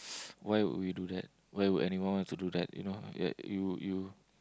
why would we do that why would anyone want to do that you know you you